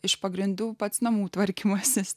iš pagrindų pats namų tvarkymasis